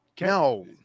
No